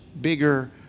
bigger